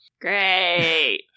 Great